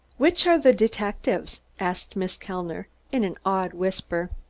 which are the detectives? asked miss kellner, in an awed whisper.